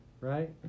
right